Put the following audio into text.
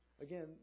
Again